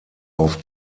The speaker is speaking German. auf